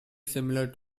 similar